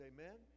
Amen